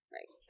Right